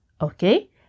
Okay